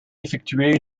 effectuer